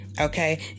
Okay